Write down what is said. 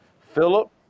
philip